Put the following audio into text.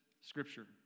scripture